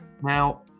Now